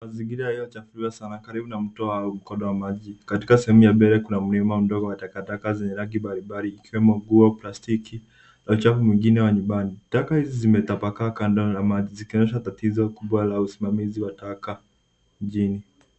Mazingira yaliyochafuliwa sana karibu na mto au mkondo wa maji. Katika sehemu ya mbele kuna mlima wa mdogo wa takataka zenye rangi mbalimbali ikiwemo nguo, plastiki na uchafu mwingine wa nyumbani. Taka hizi zimetapakaa kando ya maji zikionyesha tatizo kubwa la usimamizi wa taka mjini.